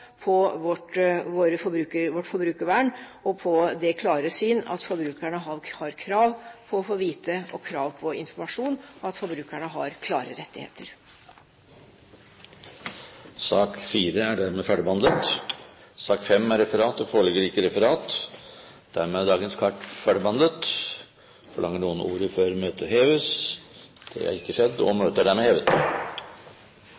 på vårt forbrukervern og på det klare syn at forbrukerne har krav på å få vite og krav på informasjon – at forbrukerne har klare rettigheter. Sak nr. 4 er dermed ferdigbehandlet. Det foreligger ikke noe referat. Forlanger noen ordet før møtet heves?